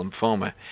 Lymphoma